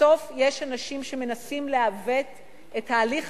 בסוף יש אנשים שמנסים לעוות את התהליך